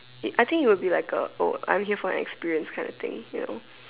it I think it'll be like a oh I'm here for the experience kind of thing you know